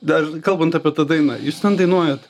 dar kalbant apie tą dainą jūs ten dainuojat